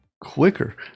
quicker